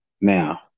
now